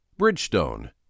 Bridgestone